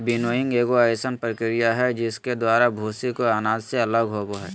winnowing एगो अइसन प्रक्रिया हइ जिसके द्वारा भूसी को अनाज से अलग होबो हइ